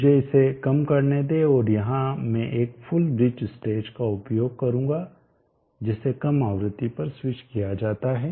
मुझे इसे कम करने दें और यहां मैं एक फुल ब्रिज स्टेज का उपयोग करूंगा जिसे कम आवृत्ति पर स्विच किया जाता है